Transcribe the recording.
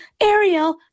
Ariel